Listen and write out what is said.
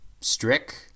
Strick